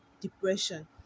depression